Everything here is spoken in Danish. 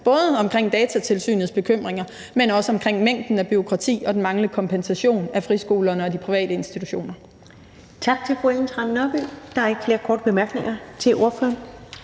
både om Datatilsynets bekymringer, men også om mængden af bureaukrati og den manglende kompensation af friskolerne og de private institutioner.